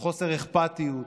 בחוסר אכפתיות,